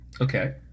okay